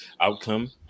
outcome